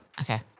Okay